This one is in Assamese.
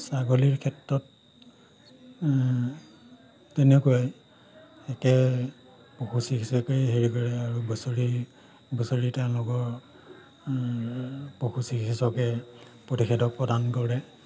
ছাগলীৰ ক্ষেত্ৰত তেনেকুৱাই একে পশু চিকিৎসকেই হেৰি কৰে আৰু বছৰি বছৰি তেওঁলোকৰ পশু চিকিৎসকে প্ৰতিষেধক প্ৰদান কৰে